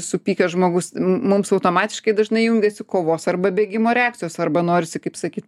supykęs žmogus mums automatiškai dažnai jungiasi kovos arba bėgimo reakcijos arba norisi kaip sakyt